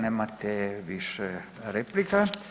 Nemate više replika.